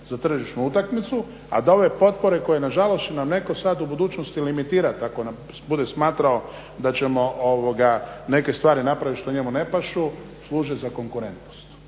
za tržišnu utakmicu, a da ove potpore koje nažalost će nam netko sad u budućnosti limitirat ako bude smatrao da ćemo neke stvari napravit što njemu ne pašu, služe za konkurentnost